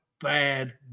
bad